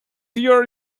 your